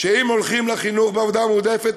שאם הולכים לחינוך בעבודה מועדפת,